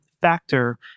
factor